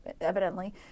evidently